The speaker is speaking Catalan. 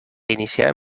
iniciar